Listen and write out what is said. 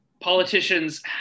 politicians